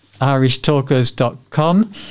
irishtalkers.com